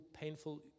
painful